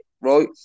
right